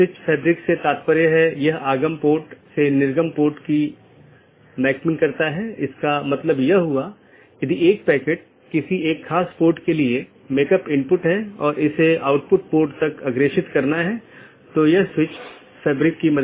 इसलिए चूंकि यह एक पूर्ण मेश है इसलिए पूर्ण मेश IBGP सत्रों को स्थापित किया गया है यह अपडेट को दूसरे के लिए प्रचारित नहीं करता है क्योंकि यह जानता है कि इस पूर्ण कनेक्टिविटी के इस विशेष तरीके से अपडेट का ध्यान रखा गया है